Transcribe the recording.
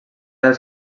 dels